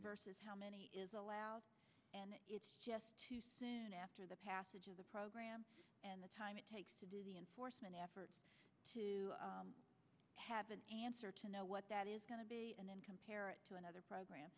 versus how many is allowed and it's just after the passage of the program and the time it takes to enforcement effort to have an answer to know what that is going to be and then compare it to another program